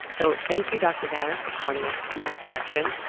so thank you, dr. natter, for pointing us in that direction.